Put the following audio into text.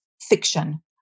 fiction